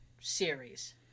series